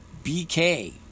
BK